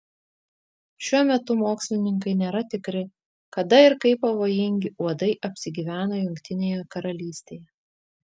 šiuo metu mokslininkai nėra tikri kada ir kaip pavojingi uodai apsigyveno jungtinėje karalystėje